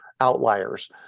outliers